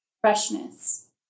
freshness